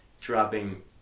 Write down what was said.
dropping